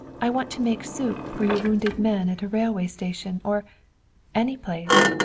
i want to make soup for your wounded men at a railway station or any place.